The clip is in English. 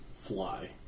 Fly